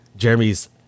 jeremy's